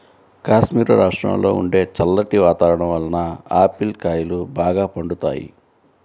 కాశ్మీరు రాష్ట్రంలో ఉండే చల్లటి వాతావరణం వలన ఆపిల్ కాయలు బాగా పండుతాయి